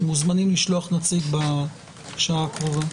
מוזמנים לשלוח נציג בשעה הקרובה.